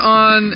on